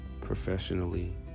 professionally